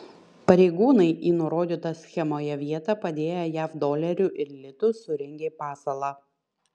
pareigūnai į nurodytą schemoje vietą padėję jav dolerių ir litų surengė pasalą